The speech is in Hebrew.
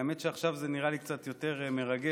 באמת שעכשיו זה נראה לי קצת יותר מרגש,